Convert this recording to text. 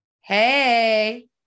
hey